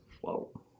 Whoa